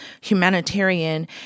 humanitarian